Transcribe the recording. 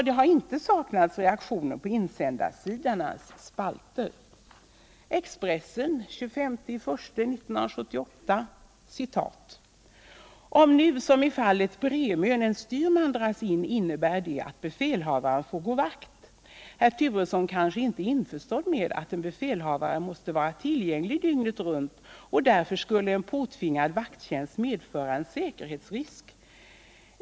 Det har inte saknats reaktioner i insändarsidornas spalter. Jag tar ett exempel från Expressen den 25 januari: ”Om nu som i fallet "Bremön" en styrman dras in innebär det att befälhavaren får gå vakt. Herr Turesson kanske inte är införstådd med att en befälhavare måste vara tillgänglig dygnet runt och därför skulle en påtvingad vakttjänst medföra en säkerhetsrisk.